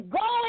go